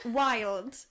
wild